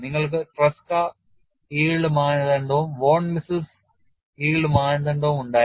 നിങ്ങൾക്ക് Tresca yield മാനദണ്ഡവും von Mises yield മാനദണ്ഡവും ഉണ്ടായിരുന്നു